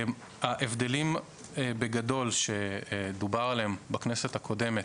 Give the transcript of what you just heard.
ההבדלים שדובר עליהם בכנסת הקודמת,